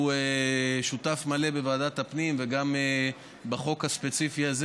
שהוא שותף מלא בוועדת הפנים וגם בחוק הספציפי הזה,